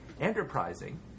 enterprising